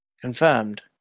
confirmed